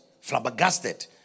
flabbergasted